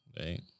right